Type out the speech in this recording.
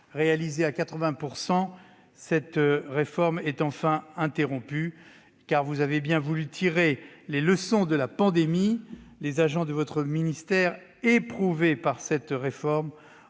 réalisée à 80 %, est enfin interrompue, car vous avez bien voulu tirer les leçons de la pandémie ; les agents de votre ministère, éprouvés par cette réforme, ont été